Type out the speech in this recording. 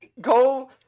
go